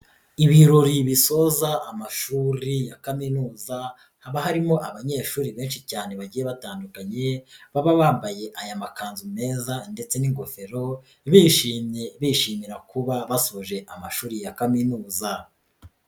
Ibirori bisoza amashuri ya kaminuza haba harimo abanyeshuri benshi cyane bagiye batandukanye baba bambaye aya makanzu meza ndetse n'ingofero bishimye bishimira kuba basoje amashuri ya kaminuza.